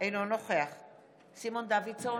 אינו נוכח סימון דוידסון,